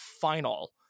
final